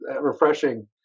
refreshing